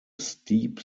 steep